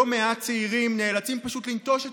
לא מעט צעירים נאלצים פשוט לנטוש את